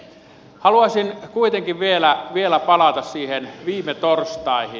haluaisin kuitenkin vielä palata siihen viime torstaihin